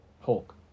Hulk